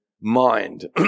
mind